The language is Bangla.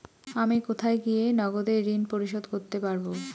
আমি কোথায় গিয়ে নগদে ঋন পরিশোধ করতে পারবো?